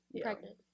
pregnant